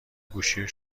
گوشی